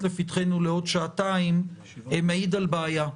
לפתחינו לעוד שעתיים מעיד על בעיה.